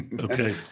Okay